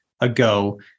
ago